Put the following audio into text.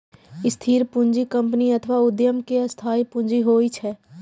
स्थिर पूंजी कंपनी अथवा उद्यम के स्थायी पूंजी होइ छै